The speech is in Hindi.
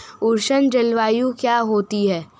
उष्ण जलवायु क्या होती है?